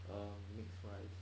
um mix rice